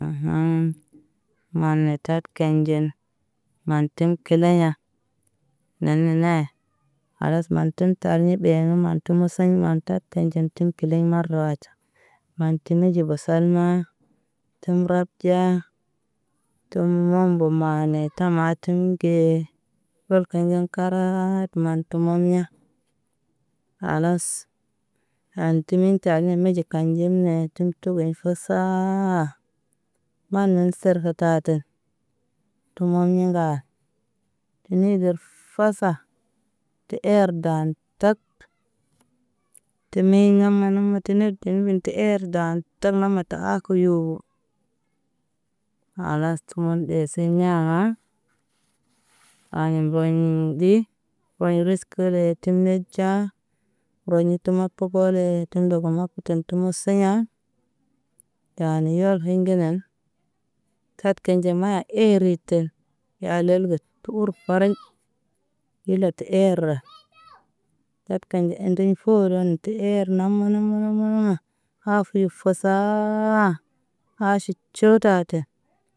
Naan maane taɗ kenɟen. Maan teŋg kileɲa nenene. Kalas maan təŋg tal ni beena maan təm məseŋg maan ta kenɟen təŋ kileɲ marway tə. Maan tə minɟe vəsar na təŋg rar pə ɟiya. Tum nɔr mbo maarne ta maa təŋge. Ndɔl kaɲa kaaraat maan teŋ mɔrɲa kalas. An kəni taal ne meɟe kanɟe me təŋg kə ven fasaa. Maa nen server tar teŋg du moɲe ŋga. Ni ger fɔrsa kə ɛr daan tərk. Tə niɲa manəm tinergə kən vən ta kə ɛr daan tana marta akoyo Kalas təwan beseŋ ɲaa. Arɲe boɲiŋ ɟi boy ris kə be təŋg neɟa boy ni tə mɔpɔgɔle təŋ ndogo mapa ɟiŋ tə məsa ɲaa. Taane yag heŋge naan taɗ kenɟe ma ere ten ya lel ge puru paray bilat ɛɛr. Paat kanɟə enden foran kə ɛr nama mana mana ma. Hafuyir fosaa haʃi co ta ten.